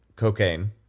cocaine